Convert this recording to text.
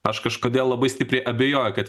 aš kažkodėl labai stipriai abejoju kad